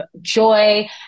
joy